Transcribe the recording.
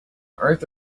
earth